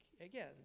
Again